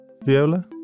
Viola